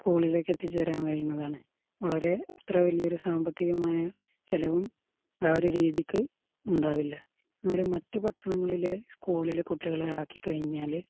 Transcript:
സ്കൂളിലേക്ക് എത്തിച്ചേരാൻ കഴിയുന്നതാണ് വളരെ അത്ര വലിയൊരു സാമ്പത്തികമായ ചെലവും ആ ഒരു രീതിക്ക് ഉണ്ടാവില്ല എന്നാലും മറ്റു പട്ടണങ്ങളിലെ സ്കൂളിലെ കുട്ടികളെ ആക്കിക്കഴിഞ്ഞാല്